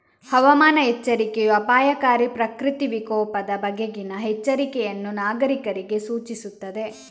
ಹವಾಮಾನ ಎಚ್ಚರಿಕೆಯೂ ಅಪಾಯಕಾರಿ ಪ್ರಕೃತಿ ವಿಕೋಪದ ಬಗೆಗಿನ ಎಚ್ಚರಿಕೆಯನ್ನು ನಾಗರೀಕರಿಗೆ ಸೂಚಿಸುತ್ತದೆ